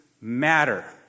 matter